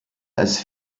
als